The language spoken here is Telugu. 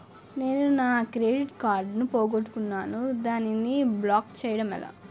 నేను నా క్రెడిట్ కార్డ్ పోగొట్టుకున్నాను దానిని బ్లాక్ చేయడం ఎలా?